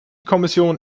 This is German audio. kommission